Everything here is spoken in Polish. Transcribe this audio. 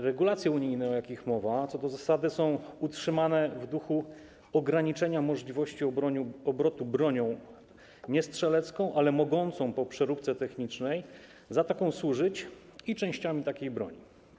Regulacje unijne, o jakich mowa, co do zasady są utrzymane w duchu ograniczenia możliwości obrotu bronią, nie strzelecką, ale mogącą po przeróbce technicznej za taką służyć, i częściami takiej broni.